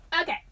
Okay